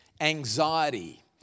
Anxiety